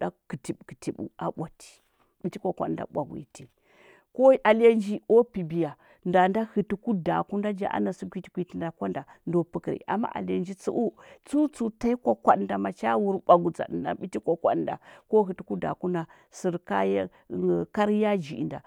da kətib kətərəseu da kətib kətibəu a bwati biti kwa kwa d nda bagumyi ti ko alinyi nji o piliya nda nda hətə kudaki nda ja ana sə kwit kwit nda kwanda ndo pəkəri ama ali nya nji tsə’u, tun tsə’u tanyi kwakwa ɗə nɗa macha wur bagu ɗzaɗə na biti kwakwaɗə mda, ko hətə kusaku nɗa na kari yaji inɗa.